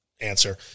answer